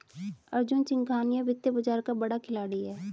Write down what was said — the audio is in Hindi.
अर्जुन सिंघानिया वित्तीय बाजार का बड़ा खिलाड़ी है